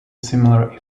similar